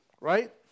Right